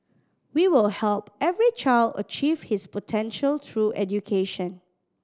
we will help every child achieve his potential through education